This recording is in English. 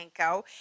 panko